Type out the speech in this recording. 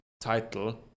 title